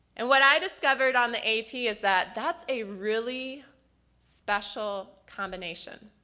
and what i discovered on the a t. is that, that's a really special combination.